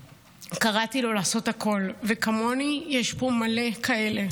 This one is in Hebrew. קראתי לו לעשות הכול, וכמוני יש פה מלא כאלה.